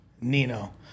Nino